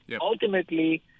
Ultimately